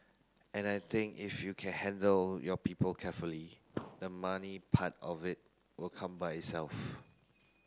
and I think if you can handle your people carefully the money part of it will come by itself